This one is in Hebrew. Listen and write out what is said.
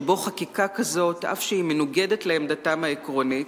שבו חקיקה כזאת, אף שהיא מנוגדת לעמדתם העקרונית,